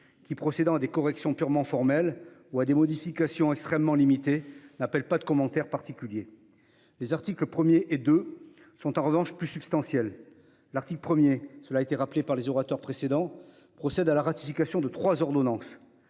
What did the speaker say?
qui, procédant à des corrections purement formelles ou à des modifications extrêmement limitées, n'appellent pas de commentaires particuliers. Les articles 1 et 2 sont, en revanche, plus substantiels. L'article 1- cela a été rappelé par les orateurs précédents -procède à la ratification de trois ordonnances.